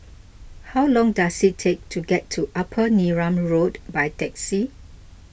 how long does it take to get to Upper Neram Road by taxi